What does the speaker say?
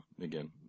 again